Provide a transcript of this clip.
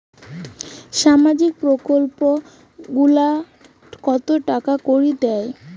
সামাজিক প্রকল্প গুলাট কত টাকা করি দেয়?